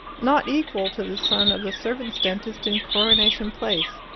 not equal to the son of the servants' dentist in coronation place.